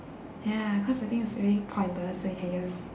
ya cause I think it's really pointless when you can just